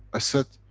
i said,